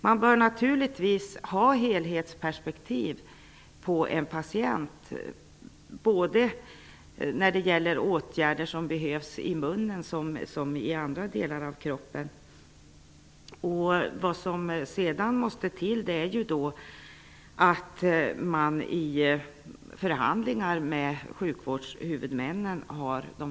Man bör naturligtvis se patienterna i ett helhetsperspektiv -- både när det gäller åtgärder i munnen och på andra delar av kroppen. Det måste man tänka på när man i framtiden förhandlar med sjukvårdshuvudmännen.